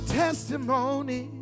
testimony